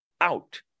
out